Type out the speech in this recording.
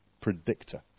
predictor